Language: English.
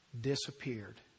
Disappeared